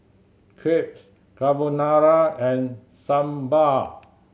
Crepes Carbonara and Sambar